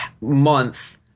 month